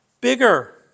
bigger